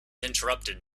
interrupted